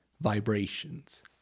vibrations